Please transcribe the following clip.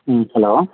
ம் ஹலோ